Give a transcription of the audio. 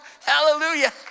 Hallelujah